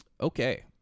okay